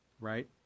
right